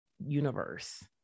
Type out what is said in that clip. universe